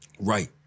Right